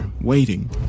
waiting